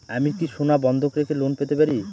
আমি কি সোনা বন্ধক রেখে লোন পেতে পারি?